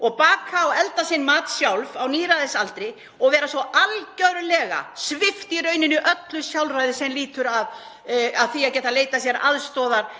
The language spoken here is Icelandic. og baka og elda sinn mat sjálf á níræðisaldri og vera svo algerlega svipt í rauninni öllu sjálfræði sem lýtur að því að geta leitað sér aðstoðar